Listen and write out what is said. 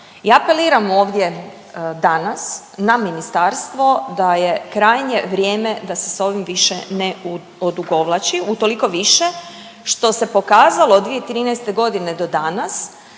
Ja apeliram ovdje danas, na ministarstvo da je krajnje vrijeme da se s ovim više ne odugovlači, utoliko više što se pokazalo 2013. godine do danas